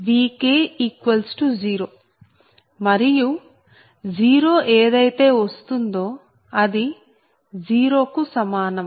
Vn Vk0 మరియు 0 ఏదైతే వస్తుందో అది 0 కు సమానం